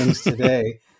today